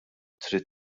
trid